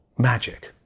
Magic